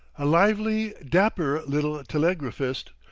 a lively, dapper little telegraphist,